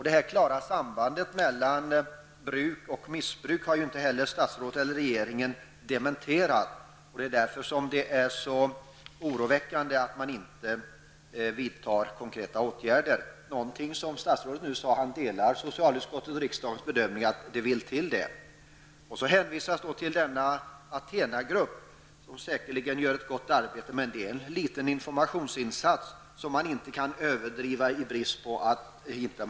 Detta klara samband mellan bruk och missbruk har inte heller statsrådet eller regeringen dementerat. Det är därför som det är så oroväckande att man inte vidtar konkreta åtgärder. Statsrådet säger att han delar socialutskottets och riksdagens bedömning att det vill till att konkreta åtgärder vidtas. Han hänvisar också till ATHENA-gruppen, som säkerligen gör ett gott arbete. Men det är en liten informationsinsats som inte skall överdrivas i brist på andra insatser.